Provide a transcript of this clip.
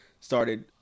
started